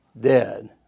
dead